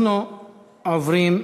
אנחנו עוברים,